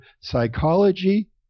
psychology